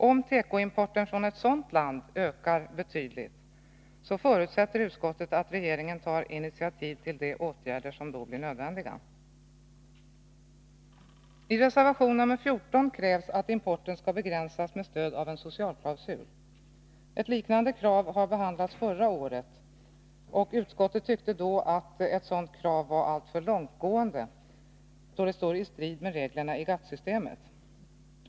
Om tekoimporten från ett sådant land ökar betydligt förutsätter utskottet att regeringen tar initiativ till de åtgärder som då blir nödvändiga. I reservation nr 14 krävs att importen skall begränsas med stöd av en socialklausul. Ett liknande krav behandlades förra året, och utskottet tyckte då att ett sådant krav var alltför långtgående, då det står i strid med reglerna i GATT-systemet.